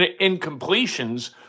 incompletions